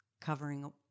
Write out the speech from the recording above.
covering